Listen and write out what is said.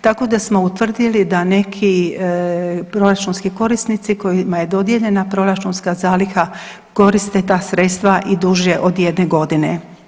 Tako da smo utvrdili da neki proračunski korisnici kojima je dodijeljena proračunska zaliha koriste ta sredstva i duže od jedne godine.